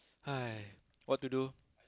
!aiya! what to do